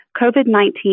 COVID-19